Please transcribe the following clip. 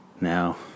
now